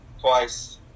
Twice